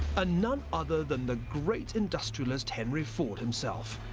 ah none other than the great industrialist henry ford himself.